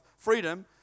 freedom